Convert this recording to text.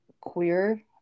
queer